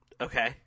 Okay